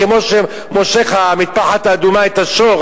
כמו שמושכת המטפחת האדומה את השור,